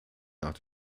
nach